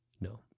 No